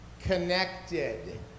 Connected